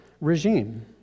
regime